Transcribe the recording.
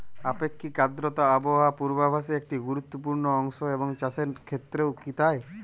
আপেক্ষিক আর্দ্রতা আবহাওয়া পূর্বভাসে একটি গুরুত্বপূর্ণ অংশ এবং চাষের ক্ষেত্রেও কি তাই?